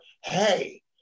hey